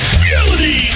reality